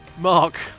Mark